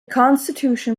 constitution